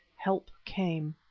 help came.